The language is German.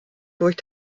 durch